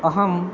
अहं